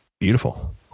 Beautiful